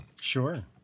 Sure